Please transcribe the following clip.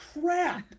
crap